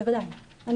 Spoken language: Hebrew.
ברור.